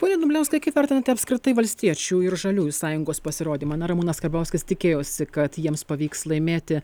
pone dumbliauskai kaip vertinate apskritai valstiečių ir žaliųjų sąjungos pasirodymą na ramūnas karbauskis tikėjosi kad jiems pavyks laimėti